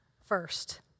first